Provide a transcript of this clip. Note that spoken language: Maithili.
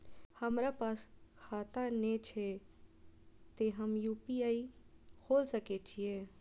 हमरा पास खाता ने छे ते हम यू.पी.आई खोल सके छिए?